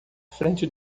frente